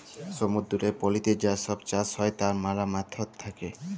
সমুদ্দুরের পলিতে যা ছব চাষ হ্যয় তার ম্যালা ম্যাথড থ্যাকে